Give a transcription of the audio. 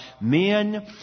men